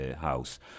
House